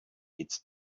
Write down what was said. it’s